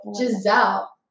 Giselle